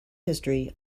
history